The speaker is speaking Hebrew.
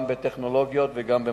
גם בטכנולוגיות וגם במודיעין.